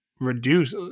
reduce